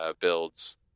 builds